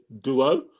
duo